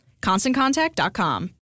ConstantContact.com